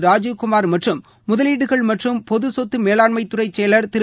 ராஜூவ் குமார் மற்றும் முதலீடுகள் மற்றும் பொது சொத்து மேவாண்மை துறை செயலர் திரு